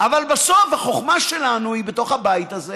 אבל בסוף, החוכמה שלנו בתוך הבית הזה